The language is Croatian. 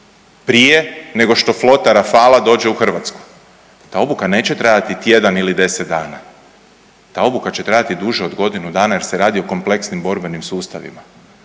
prije nego što flota rafala dođe u Hrvatsku, ta obuka neće trajati tjedan ili 10 dana, ta obuka će trajati duže od godinu dana jer se radi o kompleksnim borbenim sustavima,